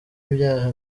ibyaha